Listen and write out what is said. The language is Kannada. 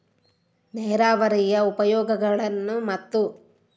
ನೇರಾವರಿಯ ಉಪಯೋಗಗಳನ್ನು ಮತ್ತು?